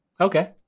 Okay